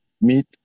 meet